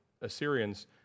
Assyrians